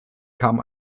kam